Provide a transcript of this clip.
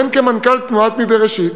והן כמנכ"ל תנועת "מבראשית"